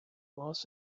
los